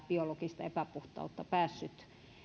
biologista epäpuhtautta päässyt